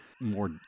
more